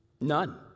None